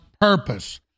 purpose